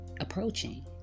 approaching